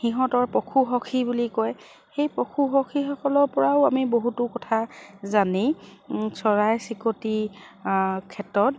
সিহঁতৰ পশুসখী বুলি কয় সেই পশুসখীসকলৰ পৰাও আমি বহুতো কথা জানেই চৰাই চিৰিকতি ক্ষেত্ৰত